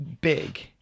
big